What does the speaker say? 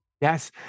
Yes